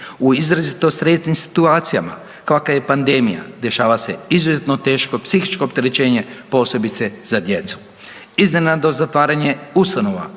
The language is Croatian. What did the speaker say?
U izrazito stresnim situacijama kakva je pandemija, dešava se izuzetno teško psihičko opterećenje, posebice za djecu. Iznenadno zatvaranje ustanova